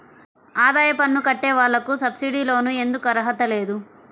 ఆదాయ పన్ను కట్టే వాళ్లకు సబ్సిడీ లోన్ ఎందుకు అర్హత లేదు?